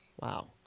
Wow